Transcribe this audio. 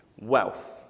wealth